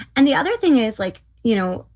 and the other thing is like, you know,